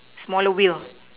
smaller wheel